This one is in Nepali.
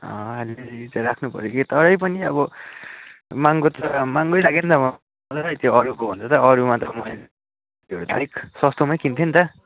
अँ अलिअलि त राख्नु पऱ्यो कि तरै पनि अब महँगो त महँगै लाग्यो नि त मलाई त्यो अरूकोभन्दा त अरूमा त मैले त्योभन्दा अलिक सस्तोमै किन्थेँ नि त